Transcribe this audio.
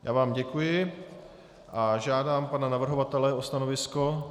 Já vám děkuji a žádám pana navrhovatele o stanovisko.